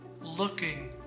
looking